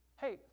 hey